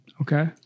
Okay